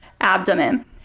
abdomen